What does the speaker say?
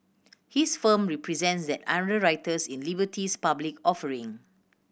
his firm represents the underwriters in Liberty's public offering